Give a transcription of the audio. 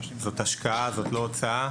זו השקעה, זו לא הוצאה.